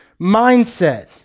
mindset